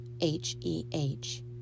H-E-H